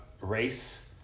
race